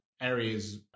areas